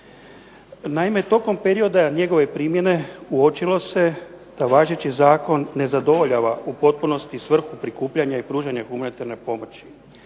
Naime, tokom perioda njegove primjene uočilo se da važeći zakon ne zadovoljava u potpunosti svrhu pružanja i prikupljanja humanitarne pomoći.